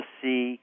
see